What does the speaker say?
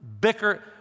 bicker